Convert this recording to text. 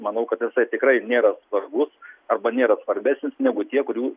manau kad jisai tikrai nėra svarbus arba nėra svarbesnis negu tie kurių